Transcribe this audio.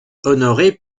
honorée